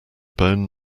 bone